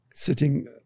sitting